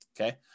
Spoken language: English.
okay